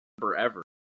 forever